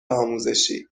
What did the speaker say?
آموزشی